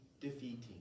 defeating